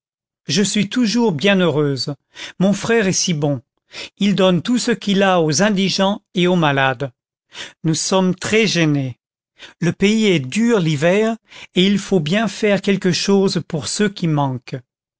je suis toujours bien heureuse mon frère est si bon il donne tout ce qu'il a aux indigents et aux malades nous sommes très gênés le pays est dur l'hiver et il faut bien faire quelque chose pour ceux qui manquent